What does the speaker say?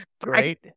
great